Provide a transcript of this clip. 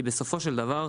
כי בסופו של דבר,